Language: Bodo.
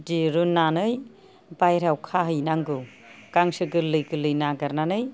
दिरुननानै बायह्रायाव खाहैनांगौ गांसो गोरलै गोरलै नागिरनानै खाहैनांगौ